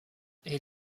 est